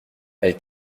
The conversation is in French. elle